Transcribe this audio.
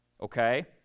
okay